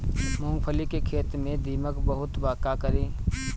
मूंगफली के खेत में दीमक बहुत बा का करी?